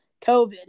COVID